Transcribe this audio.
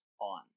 on